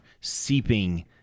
seeping